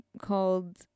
called